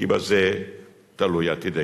כי בזה תלוי עתידנו.